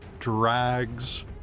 drags